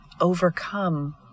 overcome